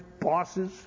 bosses